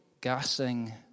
gassing